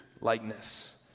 likeness